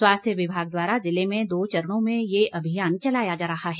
स्वास्थ्य विभाग द्वारा ज़िले में दो चरणों में ये अभियान चलाया जा रहा है